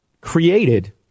created